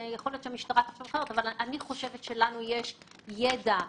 יכול להיות שהמשטרה תחשוב אחרת שלנו יש ידע ייחודי,